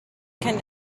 can